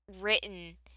written